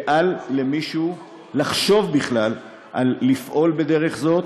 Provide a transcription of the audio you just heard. ואל למישהו לחשוב בכלל לפעול בדרך הזאת.